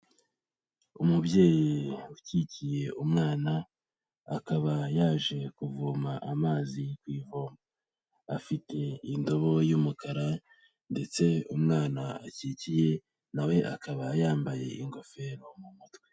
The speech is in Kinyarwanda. Umubyeyi ukikiye umwana, akaba yaje kuvoma amazi ku ivoma, afite indobo y'umukara ndetse umwana akikiye nawe akaba yambaye ingofero mu mutwe.